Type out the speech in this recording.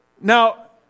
Now